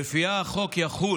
שלפיה החוק יחול